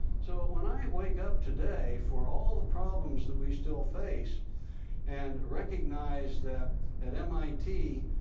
so when i wake up today for all the problems that we still face and recognize that at mit,